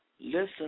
Listen